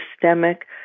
systemic